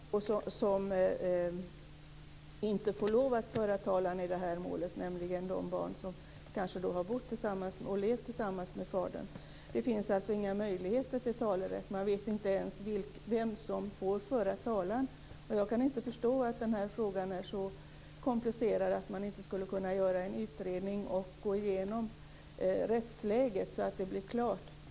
Fru talman! Det finns barn som inte får lov att föra talan i det här målet, nämligen de barn som har levt tillsammans med fadern. Det finns alltså inga möjligheter till talerätt. Man vet inte ens vem som får föra talan. Jag kan inte förstå att den här frågan är så komplicerad att man inte skulle kunna göra en utredning och gå igenom rättsläget så att det blir klart.